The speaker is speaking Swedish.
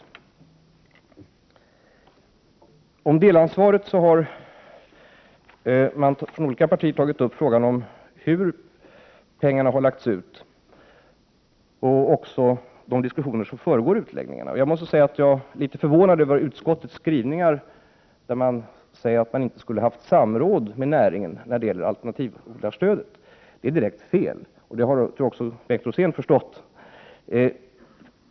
När det gäller delansvaret har man från olika partier tagit upp frågan om hur pengarna har lagts ut och om de diskussioner som föregår utläggningarna. Jag är litet förvånad över utskottets skrivning när man säger att det inte skulle ha förekommit samråd med näringen när det gäller alternativodlarstödet. Det är direkt felaktigt. Det har också Bengt Rosén förstått.